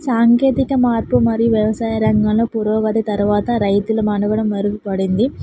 సాంకేతిక మార్పు మరియు వ్యవసాయ రంగంలో పురోగతి తరువాత రైతుల మనుగడ మెరుగుపడింది